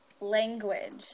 Language